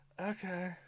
okay